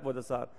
כבוד השר,